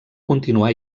continuà